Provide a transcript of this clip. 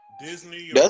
disney